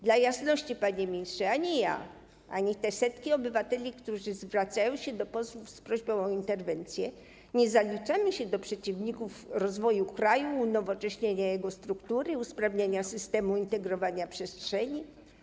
Dla jasności, panie ministrze, ani ja, ani setki obywateli, którzy zwracają się do posłów z prośbą o interwencję, nie zaliczamy się do przeciwników rozwoju kraju, unowocześnienia jego struktury, usprawniania systemu integrowania przestrzeni.